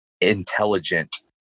intelligent